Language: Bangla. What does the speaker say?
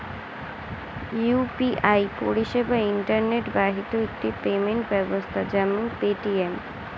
ইউ.পি.আই পরিষেবা ইন্টারনেট বাহিত একটি পেমেন্ট ব্যবস্থা যেমন পেটিএম